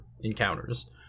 encounters